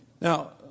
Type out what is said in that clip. Now